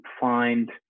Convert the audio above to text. find